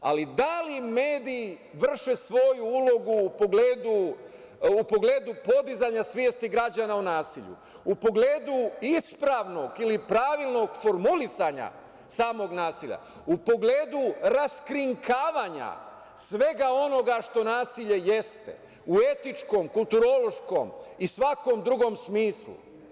Ali, da li mediji vrše svoju ulogu u pogledu podizanja svesti građana o nasilju, u pogledu ispravnog ili pravilnog formulisanja samog nasilja, u pogledu raskrinkavanja svega onoga što nasilje jeste, u etičkom, kulturološkom i svakom drugom smislu?